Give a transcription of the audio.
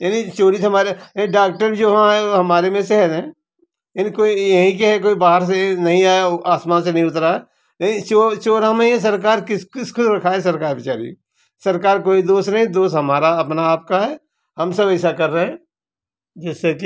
यानी चोरी तो हमारे डॉक्टर जो है हमारे में शहर हैं इनको यही के है कोई बाहर से बाहर नहीं आया आसमान से नहीं उतरा नहीं चोर चोर हमे ये सरकार किस किस को रखे सरकार सरकार का कोई दोष नहीं दोष हमारा अपना आपका है हम सब ऐसा कर रहे हैं जैसे कि